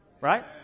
right